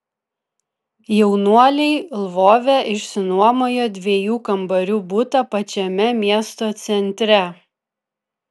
jaunuoliai lvove išsinuomojo dviejų kambarių butą pačiame miesto centre